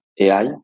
AI